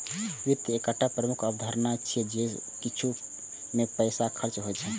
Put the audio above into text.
वित्त के एकटा प्रमुख अवधारणा ई छियै जे सब किछु मे पैसा खर्च होइ छै